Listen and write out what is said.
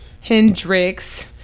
Hendrix